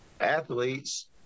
athletes